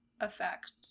effect